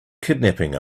kidnapping